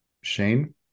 Shane